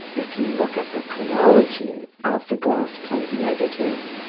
if you look at the chronology of the glass plate negatives,